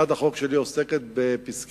הצעת החוק שלי עוסקת בפסקי-דין